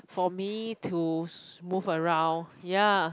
for me to move around ya